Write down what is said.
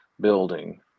building